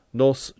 nos